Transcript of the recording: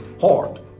hard